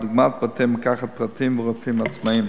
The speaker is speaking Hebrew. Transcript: דוגמת בתי-מרקחת פרטיים ורופאים עצמאים.